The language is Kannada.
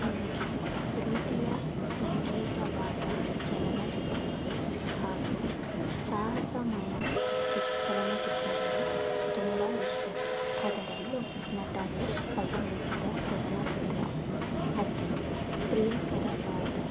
ನನಗೆ ಪ್ರೀತಿಯ ಸಂಕೇತವಾದ ಚಲನಚಿತ್ರಗಳು ಹಾಗು ಸಾಹಸಮಯ ಚಿ ಚಲನಚಿತ್ರಗಳು ತುಂಬ ಇಷ್ಟ ಅದರಲ್ಲೂ ನಟ ಯಶ್ ಅಭಿನಯಿಸಿದ ಚಲನಚಿತ್ರ ಅತಿ ಪ್ರಿಯಕರವಾದ